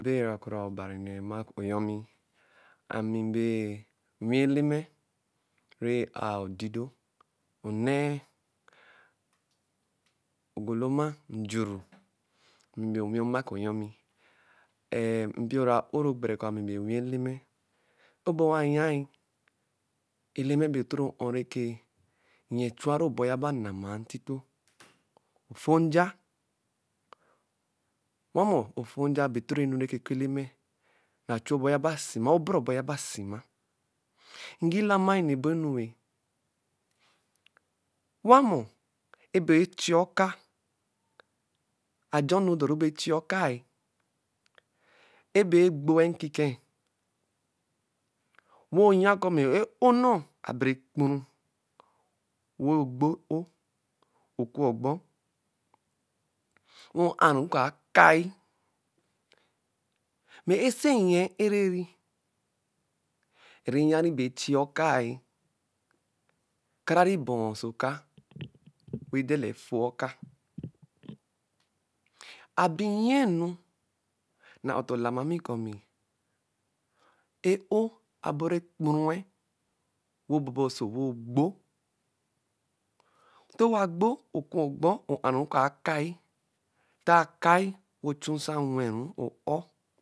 Abbey ra korã obarine mark onyonmi. Ami bɛ onwi Eleme rɛ’a ofido. onne. ogoloma, Njuru. Ami bɛ onei Mark Onyonmi. Eh, mpiorã ã-ró gbãrɛ kɔ mɛ ami mbɛ onwi Eleme. Ebo wayai Eleme bɛ otoro ɔ’ɔ rɛkɛ nyɛ chuari ɔbɔ yaba nama ntito-ofonja. Owamu. ofonja bɛ toro enu nɔ oku Eleme naa chu ɔbɔ yaba sima. Obere ɔbɔ yaba sima. Ngilamai nnɛ ebo enu wɛ. Wamɔ bɛ echiɛ oka-eh, ajor enu dɔru bɛ echiɛ oka-eh. Ebɛ egbo-e nkike e-o. wɔ onya kɔ mɛ e’o nnɔɔ abete kpuru. Wɛ ogbó, oku ɔgbɔ. wɛ o’aru kɔ akai. Mẹ. osu nyɛ e-ereni neeyari bɛ echiɛ oka-e. E-karari baa oso ɔka, wɛ dala efoɛ oka. A bi nya enu, naa ɔtor lamami kɔ e-o abɔru ekpɔrue, wɛ obaba-oso ogbo. ntɔ owa gbo, okuogbor. wɛ a’ru akai. Nta kai. wɛ ochu nsa oweru o-or.